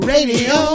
Radio